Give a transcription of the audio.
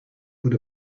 would